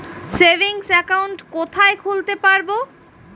Savings account কোথায় খুলতে পারব?